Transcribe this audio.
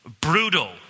brutal